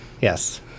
Yes